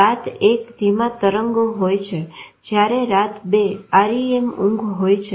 રાત 1 ધીમા તરંગો હોય છે જયારે રાત 2 REM ઊંઘ હોય છે